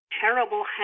terrible